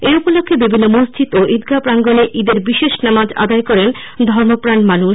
এই উপলক্ষ্যে বিভিন্ন মসজিদ ও ঈদগাহ প্রাঙ্গনে ঈদের বিশেষ নামাজ আদায় করেন ধর্মপ্রাণ মানুষ